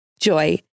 JOY